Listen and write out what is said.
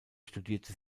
studierte